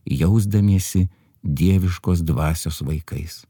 jausdamiesi dieviškos dvasios vaikais